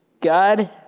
God